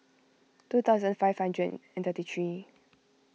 two thousand five hundred and thirty three